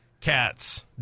cats